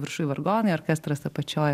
viršuj vargonai orkestras apačioj